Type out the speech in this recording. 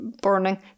burning